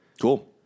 Cool